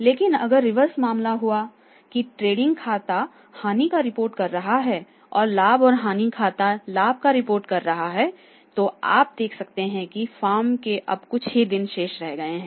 लेकिन अगर रिवर्स मामला हुआ कि ट्रेडिंग खाता हानि की रिपोर्ट कर रहा है और लाभ और हानि खाता लाभ का रिपोर्ट कर रहा है तो आप देख सकते हैं कि फॉर्म के अब कुछ दिन ही शेष रह गए हैं